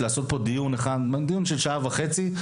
לעשות פה דיון אחד של שעה וחצי,